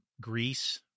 Greece